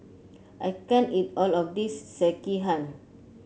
I can't eat all of this Sekihan